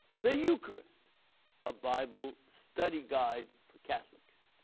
the eucharist a bible study guide for catholics.